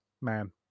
man